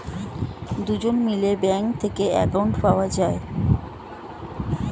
দুজন মিলে ব্যাঙ্ক থেকে অ্যাকাউন্ট পাওয়া যায়